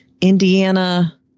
Indiana